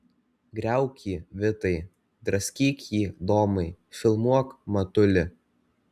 griauk jį vitai draskyk jį domai filmuok matuli